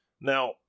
now